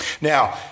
Now